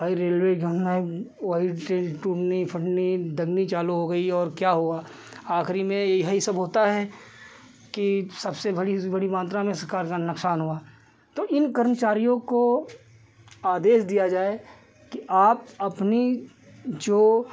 भाई रेलवे का है वही टूटनी फटनी दगनी चालू हो गई और क्या हुआ आख़िरी में यही सब होता है कि सबसे बड़ी से बड़ी मात्रा में सरकार का नुक़सान हुआ तो इन कर्मचारियों को आदेश दिया जाए कि आप अपनी जो